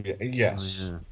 Yes